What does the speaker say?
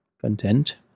content